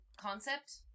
concept